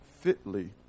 fitly